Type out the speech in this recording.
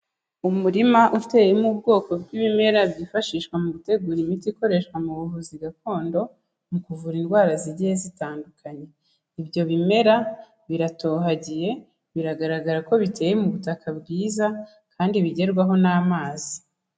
Umurima uteyemo ubwoko bw'ibimera byifashishwa mu gutegura imiti ikoreshwa mu buvuzi gakondo mu kuvura indwara zigiye zitandukanye. Ibyo bimera biratohagiye biragaragara ko biteye mu butaka bwiza kandi bigerwaho n'amazi.